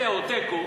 זהו, תיקו,